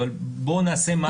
אבל בואו נעשה משהו,